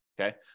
okay